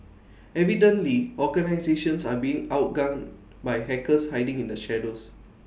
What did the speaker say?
evidently organisations are being outgunned by hackers hiding in the shadows